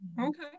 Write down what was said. Okay